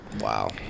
Wow